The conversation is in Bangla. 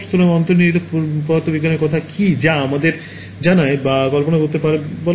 সুতরাং অন্তর্নিহিত পদার্থবিজ্ঞানের কথা কি যা আমাদের জানায় বা কল্পনা করতে পারে তা বলে